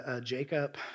Jacob